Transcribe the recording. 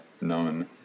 known